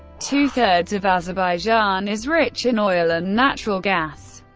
two-thirds of azerbaijan is rich in oil and natural gas.